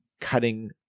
cutting